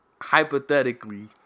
hypothetically